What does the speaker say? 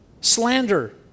slander